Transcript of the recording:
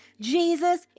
Jesus